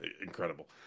incredible